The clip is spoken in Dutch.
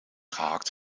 gehakt